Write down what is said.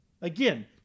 Again